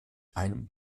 einem